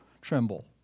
tremble